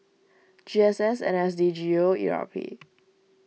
G S S N S D G O E R P